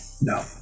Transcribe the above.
No